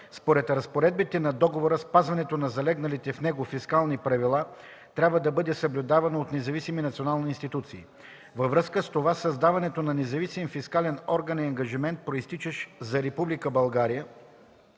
Според разпоредбите на договора спазването на залегналите в него фискални правила трябва да бъде съблюдавано от независими национални институции. Във връзка с това създаването на независим фискален орган е ангажимент, произтичащ за Република България